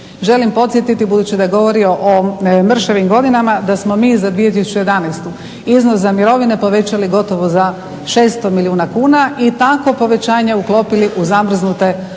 želim podsjetiti budući da je govorio o mršavim godinama da smo mi za 2011. iznos za mirovine povećali gotovo za 600 milijuna kuna i takvo povećanje uklopili u zamrznute rashode